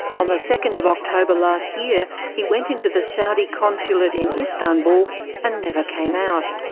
on the second of october last year he went into the saudi consulate in istanbul and never came out.